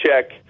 check